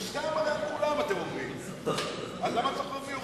מוסכם על כולם, אז למה צריך חוק מיוחד?